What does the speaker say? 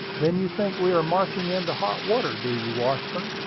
then you think we are marching into hot water, do you, washburn?